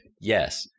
yes